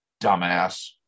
dumbass